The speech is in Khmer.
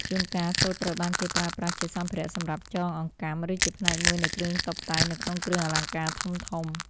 ជួនកាល សូត្រត្រូវបានគេប្រើប្រាស់ជាសម្ភារៈសម្រាប់ចងអង្កាំ ឬជាផ្នែកមួយនៃគ្រឿងតុបតែងនៅក្នុងគ្រឿងអលង្ការធំៗ។